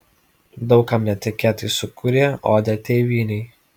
daug kam netikėtai sukūrė odę tėvynei